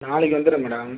நாளைக்கு வந்துடறேன் மேடம்